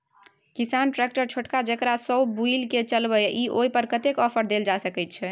किसान ट्रैक्टर छोटका जेकरा सौ बुईल के चलबे इ ओय पर कतेक ऑफर दैल जा सकेत छै?